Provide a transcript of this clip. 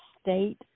state